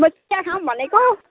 म त चिया खाऊँ भनेको